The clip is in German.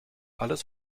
alles